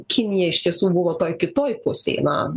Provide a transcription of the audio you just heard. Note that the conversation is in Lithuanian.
kinija iš tiesų buvo toj kitoj pusėj na